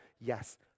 Yes